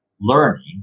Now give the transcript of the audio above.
Learning